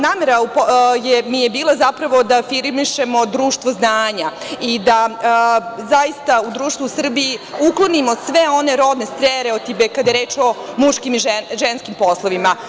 Namera mi je bila zapravo da afirmišemo društvo znanja i da zaista u društvu u Srbiji uklonimo sve one rodne stereotipe kada je reč o muškim i ženskim poslovima.